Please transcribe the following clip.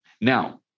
Now